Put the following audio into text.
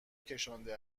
کشانده